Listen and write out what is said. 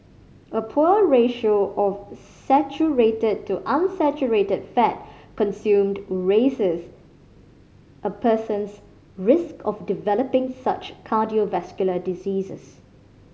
a poor ratio of saturated to unsaturated fat consumed raises a person's risk of developing such cardiovascular diseases